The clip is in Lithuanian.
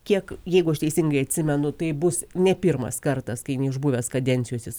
kiek jeigu aš teisingai atsimenu tai bus ne pirmas kartas kai neišbuvęs kadencijos jis